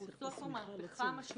אנחנו עושות פה מהפכה משמעותית,